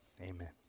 amen